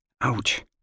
Ouch